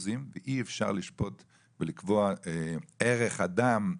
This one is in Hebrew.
ואי אפשר לשפוט ולקבוע ערך חיי אדם,